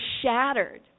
shattered